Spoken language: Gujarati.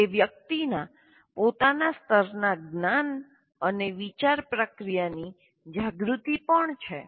તે વ્યક્તિના પોતાના સ્તરના જ્ઞાન અને વિચાર પ્રક્રિયાની જાગૃતિ પણ છે